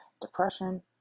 depression